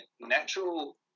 natural